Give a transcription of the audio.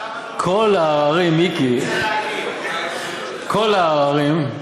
כל העררים, מיקי, כל העררים,